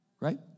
right